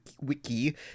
Wiki